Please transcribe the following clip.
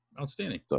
outstanding